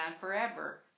forever